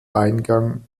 eingang